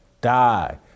Die